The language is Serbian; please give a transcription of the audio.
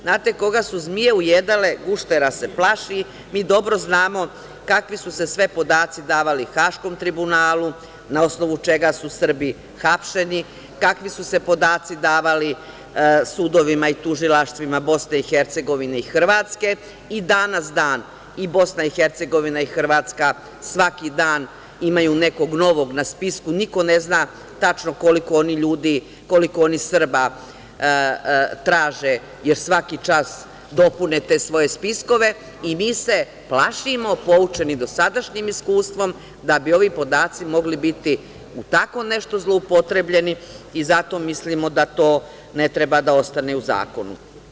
Znate, ko ga su zmije ujedale, guštera se plaši, mi dobro znamo kakvi su se sve podaci davali Haškom terminalu, na osnovu čega su Srbi hapšeni, kakvi su se podaci davali sudovima i tužilaštvima BiH i Hrvatske i danas dan i BiH i Hrvatska svaki dan imaju nekog novog na spisku, niko ne zna tačno koliko oni ljudi, koliko oni Srba traže, jer svaki čas dopune te svoje spiskove i mi se plašimo, poučeni dosadašnjim iskustvom da bi ovi podaci mogli biti u tako nešto zloupotrebljeni i zato mislimo da to ne treba da ostane u Zakonu.